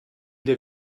der